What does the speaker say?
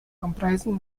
comprising